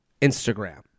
Instagram